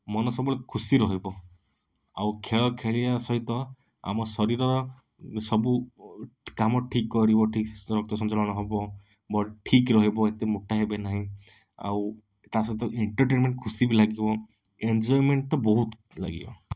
ମନ ସବୁବେଳେ ଖୁସି ରହିବ ଆଉ ଖେଳ ଖେଳିବା ସହିତ ଆମ ଶରୀର ସବୁ କାମ ଠିକ୍ କରିବ ଠିକସେ ରକ୍ତ ସଞ୍ଚାଳନ ହବ ବ ଠିକ୍ ରହିବ ଏତେ ମୋଟା ହେବେ ନାହିଁ ଆଉ ତା ସହିତ ଏଣ୍ଟରଟେନମେଣ୍ଟ ଖୁସି ବି ଲାଗିବ ଏଞ୍ଜୟମେଣ୍ଟ ତ ବହୁତ ଲାଗିବ